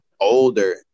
older